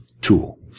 tool